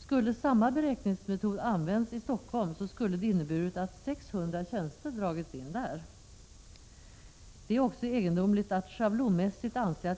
Skulle samma beräkningsmetod ha använts där skulle det ha inneburit att 600 tjänster dragits in. Det är också egendomligt om